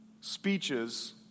speeches